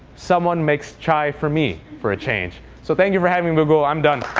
someone makes chai for me for a change. so thank you for having me, google. i'm done.